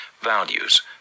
values